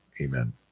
Amen